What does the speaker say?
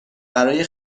برای